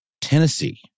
Tennessee